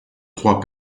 trois